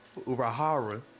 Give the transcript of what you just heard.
Urahara